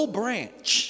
branch